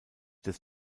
des